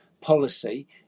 policy